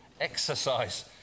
exercise